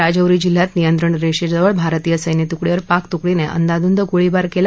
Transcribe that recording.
राजौरी जिल्ह्यात नियंत्रण रक्तिक्रिळ भारतीय सस्तितुकडीवर पाक तुकडीन अंदाधुंद गोळीबार कला